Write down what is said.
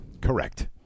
Correct